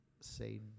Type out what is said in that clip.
say